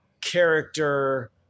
character